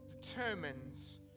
determines